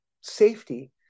safety